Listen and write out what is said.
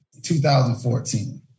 2014